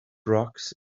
rocks